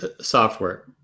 software